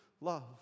love